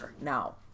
Now